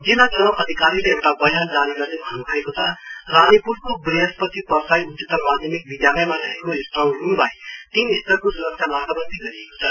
जिल्ला चुनाउ अधिकारीले एउटा बयान जारी गर्दै भन्नुभएको छ रानीपुलको ब्रीहस्पति परसाई उच्चन्तर माध्यमिक विधालयमा रहेको स्ट्रकङ रुमसाई तीन स्तरको सुरक्षा नाकाबन्दी गरिएको छ